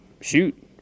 shoot